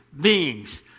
beings